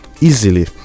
easily